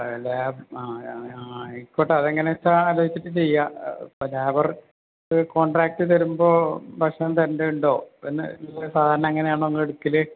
അതിൻ്റെ ആ ആയിക്കോട്ടെ അതെങ്ങനെ വെച്ചാൽ ആലോചിച്ചിട്ട് ചെയ്യുക ഇപ്പം ലേബർക്ക് കോൺട്രാക്റ്റ് തരുമ്പോൾ ഭക്ഷണം തരേണ്ടതുണ്ടോ എന്ന് നിങ്ങൾ സാധാരണ എങ്ങനെയാണ് നിങ്ങൾ എടുക്കൽ